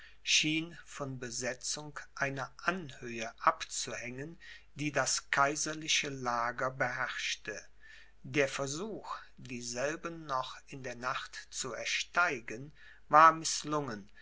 schien von besetzung einer anhöhe abzuhängen die das kaiserliche lager beherrschte der versuch dieselbe noch in der nacht zu ersteigen war mißlungen